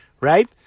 right